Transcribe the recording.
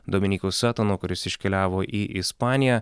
dominyku satonu kuris iškeliavo į ispaniją